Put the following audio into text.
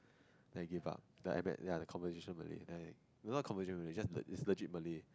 then I give up the ya the conversation Malay then I not conversation Malay is just the is legit Malay